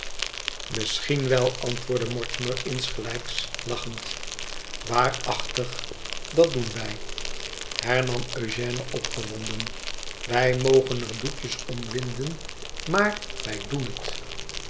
misschien wel antwoordde mortimer insgelijks lachend waarachtig dat doen wij hernam eugène opgewonden twij moen er doekjes om winden maar wij doen het